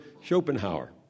Schopenhauer